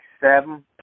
seven